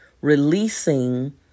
releasing